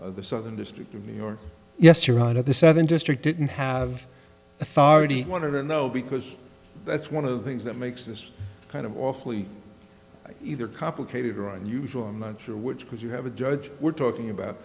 to the southern district of new york yes or out of the southern district didn't have authority want to know because that's one of the things that makes this kind of awfully either complicated or unusual i'm not sure which because you have a judge we're talking about